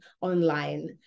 online